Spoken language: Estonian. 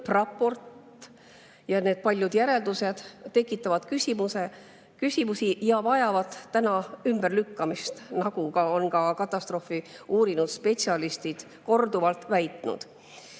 lõppraport ja need paljud järeldused tekitavad küsimusi ja vajavad nüüd ümberlükkamist, nagu on ka katastroofi uurinud spetsialistid korduvalt väitnud. Veel